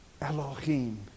Elohim